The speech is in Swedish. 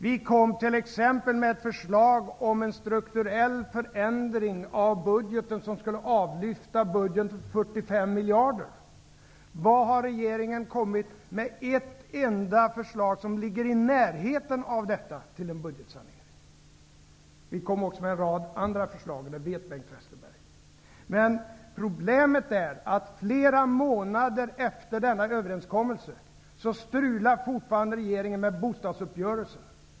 Vi kom t.ex. med ett förslag om en strukturell förändring av budgeten, som skulle avlyfta budgeten med 45 miljarder. Har regeringen kommit med ett enda förslag till budgetsanering som ligger i närheten av detta? Vi kom också med en rad andra förslag, och det vet Bengt Westerberg. Problemet är att regeringen, flera månader efter denna överenskommelse, fortfarande strular med bostadsuppgörelsen.